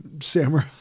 samurai